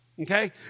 Okay